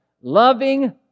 Loving